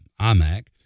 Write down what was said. iMac